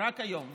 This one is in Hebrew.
רק היום.